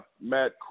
Matt